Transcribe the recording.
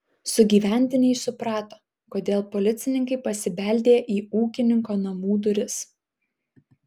sugyventiniai suprato kodėl policininkai pasibeldė į ūkininko namų duris